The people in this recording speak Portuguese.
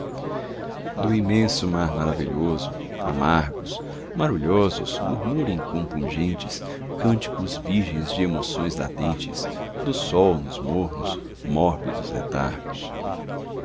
do imenso mar maravilhoso amargos marulhosos murmurem compungentes cânticos virgens de emoçóes latentes do sol nos mornos mórbidos letargos